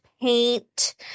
Paint